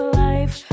life